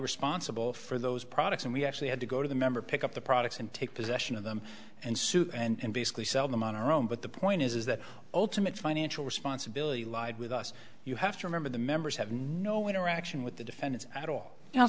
responsible for those products and we actually had to go to the member pick up the products and take possession of them and sue and basically sell them on our own but the point is that ultimate financial responsibility lied with us you have to remember the members have no interaction with the defendants at all